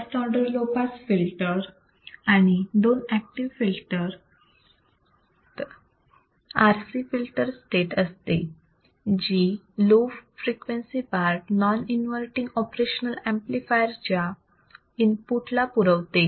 first order low pass filter आणि दोन active filter जात RC फिल्टर स्टेट असते जी low frequency part non inverting operational amplifier च्या इनपुट ला पुरवते